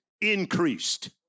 increased